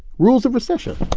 rules of recession